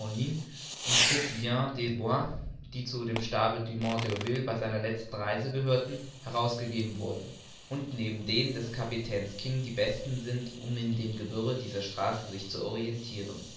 und coupvent desbois die zu dem stabe dumont d'urville's bei seiner letzten reise gehörten herausgegeben wurden und neben denen des kapitäns king die besten sind um in dem gewirre dieser straße sich zu orientiren